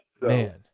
Man